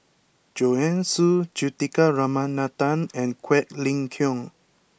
Joanne Soo Juthika Ramanathan and Quek Ling Kiong